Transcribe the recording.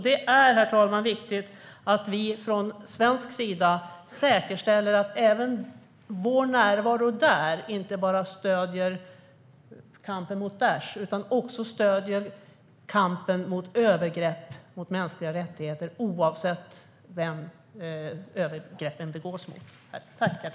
Det är därför viktigt att vi från svensk sida säkerställer att vår närvaro där inte bara stöder kampen mot Daish utan också stöder kampen mot övergrepp mot mänskliga rättigheter oavsett vem övergreppen begås mot.